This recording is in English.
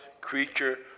creature